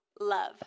love